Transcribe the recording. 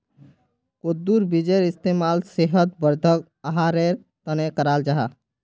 कद्दुर बीजेर इस्तेमाल सेहत वर्धक आहारेर तने कराल जाहा